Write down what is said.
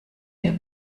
der